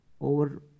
over